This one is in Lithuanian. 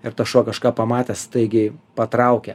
ir tas šuo kažką pamatęs staigiai patraukia